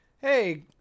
Hey